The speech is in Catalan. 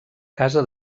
casa